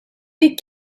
dik